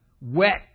wet